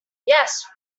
yes